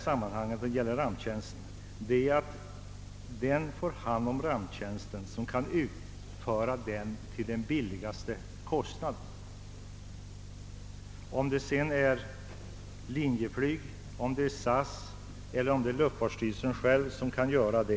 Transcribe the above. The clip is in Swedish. Beträffande ramptjänsten är det viktigt att den som kan utföra denna tjänst billigast får ta hand om den — det må sedan vara Linjeflyg, SAS eller luftfartsstyrelsen själv.